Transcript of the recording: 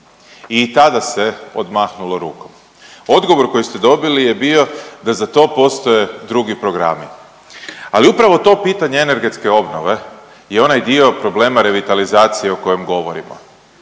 i tada se odmahnulo rukom. Odgovor koji ste dobili je bio da za to postoje drugi programi, ali upravo to pitanje energetske obnove je onaj dio problema revitalizacije o kojem govorimo